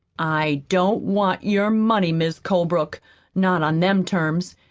i don't want your money, mis' colebrook not on them terms,